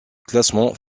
classement